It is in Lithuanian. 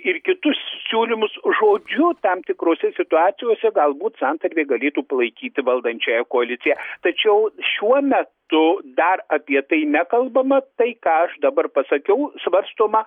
ir kitus siūlymus žodžiu tam tikrose situacijose galbūt santarvė galėtų palaikyti valdančiąją koaliciją tačiau šiuo metu dar apie tai nekalbama tai ką aš dabar pasakiau svarstoma